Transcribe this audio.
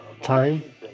time